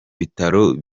bitaro